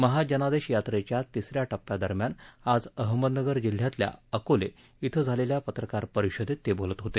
महाजनादेश यात्रेच्या तिसऱ्या टप्प्यादरम्यान आज अहमदनगर जिल्ह्यातल्या अकोले इथं झालेल्या पत्रकार परिषदेत ते बोलत होते